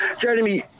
Jeremy